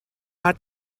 hat